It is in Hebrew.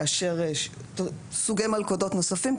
לאשר סוגי מלכודות נוספים,